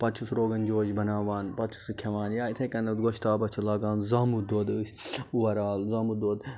پَتہٕ چھُس سُہ روگَن جوش بَناوان پَتہٕ چھُ سُہ کھیٚوان یا یِتھے کنیٚتھ گۄشتابَس چھِ لاگان زامُت دۄد أسۍ اُوَرآل زامُت دۄد